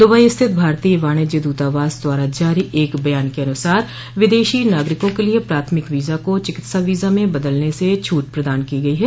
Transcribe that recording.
Dubai स्थित भारतीय वाणिज्य दूतावास द्वारा जारी एक बयान के अनुसार विदेशी नागरिकों क लिये प्राथमिक वीजा को चिकित्सा वीजा में बदलने से छूट प्रदान की गई है